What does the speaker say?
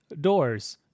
doors